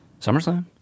SummerSlam